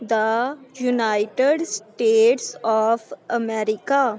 the United States of America